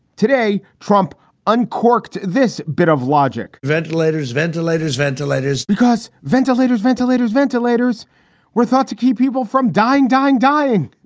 today, trump uncorked this bit of logic ventilators, ventilators, ventilators. because ventilators, ventilators, ventilators were thought to keep people from dying, dying, dying.